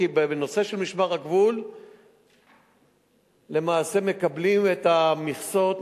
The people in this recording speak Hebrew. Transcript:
כי בנושא של משמר הגבול למעשה מקבלים את המכסות,